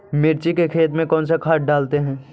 मिर्ची के खेत में कौन सा खाद डालते हैं?